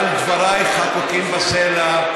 אבל דבריי חקוקים בסלע: